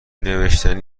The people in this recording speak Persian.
نوشتی